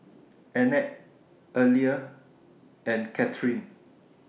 Annette Aleah and Catherine